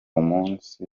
munsi